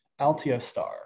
AltioStar